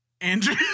andrew